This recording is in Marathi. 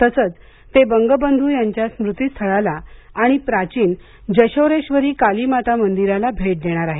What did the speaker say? तसंच ते बंगबंधू यांच्या स्मृतीस्थळाला आणि प्राचीन जशोरेश्वरी काली माता मंदिराला भेट देणार आहेत